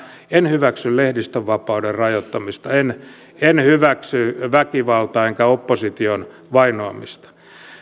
en hyväksy lehdistönvapauden rajoittamista en en hyväksy väkivaltaa enkä opposition vainoamista